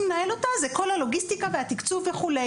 לנהל אותה זה כל הלוגיסטיקה והתקצוב וכו'.